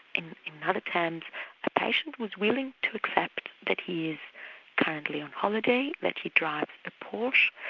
in other terms a patient was willing to accept that he is currently on holiday, that he drives a porsche,